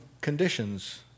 conditions